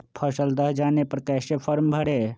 फसल दह जाने पर कैसे फॉर्म भरे?